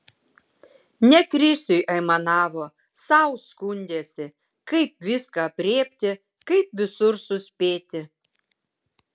ne krisiui aimanavo sau skundėsi kaip viską aprėpti kaip visur suspėti